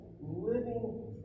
living